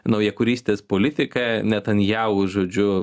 naujakurystės politika netanjahu žodžiu